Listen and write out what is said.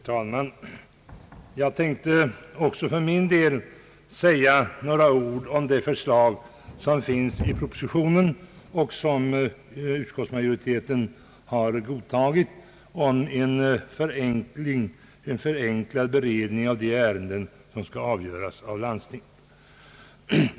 Herr talman! Jag tänkte också för min del säga några ord om det förslag som finns i propositionen och som utskottsmajoriteten har godtagit, avseende en förenklad beredning av de ärenden som skall avgöras av landstinget.